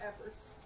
efforts